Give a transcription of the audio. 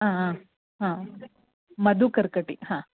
ह हा मधुकर्कटी हा